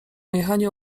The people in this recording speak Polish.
jechaniu